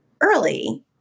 early